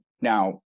now